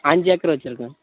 அஞ்சு ஏக்கர் வெச்சுருக்கேன்